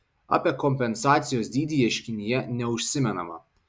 apie kompensacijos dydį ieškinyje neužsimenama